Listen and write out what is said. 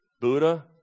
Buddha